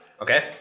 Okay